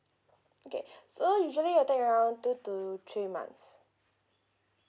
okay so usually it'll take around two to three months